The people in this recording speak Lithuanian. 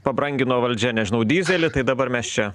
pabrangino valdžia nežinau dyzelį tai dabar mes čia